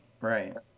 right